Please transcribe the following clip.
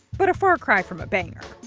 but a far cry from a banger.